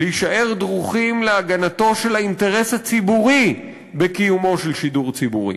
להישאר דרוכים להגנתו של האינטרס הציבורי בקיומו של שידור ציבורי,